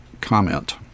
comment